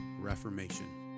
reformation